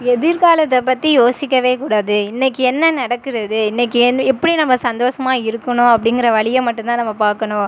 எதிர்காலத்தைப் பற்றி யோசிக்கவேக் கூடாது இன்றைக்கு என்ன நடக்கிறது இன்றைக்கு என் எப்படி நம்ம சந்தோஷமா இருக்கணும் அப்படிங்கிற வழியைமட்டும் தான் நம்ம பார்க்கணும்